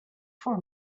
for